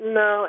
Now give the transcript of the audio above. no